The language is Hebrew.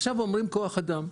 עכשיו אומרים כוח אדם.